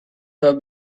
sir